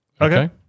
Okay